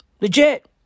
Legit